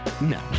No